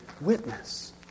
witness